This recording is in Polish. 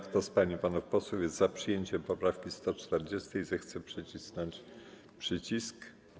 Kto z pań i panów posłów jest za przyjęciem poprawki 140., zechce nacisnąć przycisk.